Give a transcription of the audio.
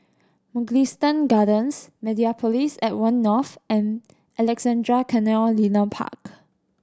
Mugliston Gardens Mediapolis at One North and Alexandra Canal Linear Park